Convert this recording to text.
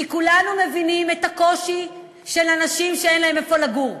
כי כולנו מבינים את הקושי של אנשים שאין להם איפה לגור.